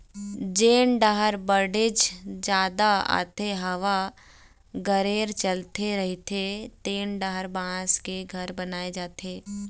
जेन डाहर बाड़गे जादा आथे, हवा गरेर चलत रहिथे तेन डाहर बांस के घर बनाए जाथे